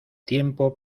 tiempo